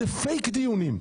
זה פייק דיונים,